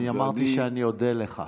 אני אמרתי שאני אודה לך.